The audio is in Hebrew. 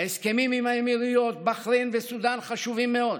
ההסכמים עם האמירויות, בחריין וסודאן חשובים מאוד.